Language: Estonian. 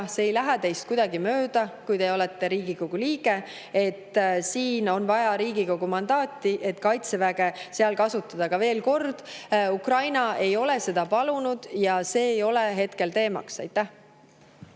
see ei lähe teist kuidagi mööda, kui te olete Riigikogu liige. Siin on vaja Riigikogu mandaati, et Kaitseväge seal kasutada. Veel kord: Ukraina ei ole seda palunud ja see ei ole hetkel teema. Aitäh!